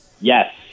Yes